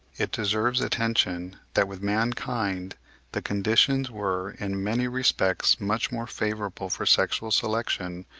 it deserves attention that with mankind the conditions were in many respects much more favourable for sexual selection,